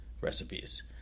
recipes